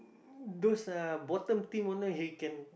mm those uh bottom team owner he can